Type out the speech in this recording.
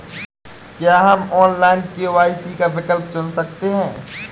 क्या हम online KYC का विकल्प चुन सकते हैं?